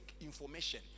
information